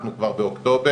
אנחנו כבר בנובמבר,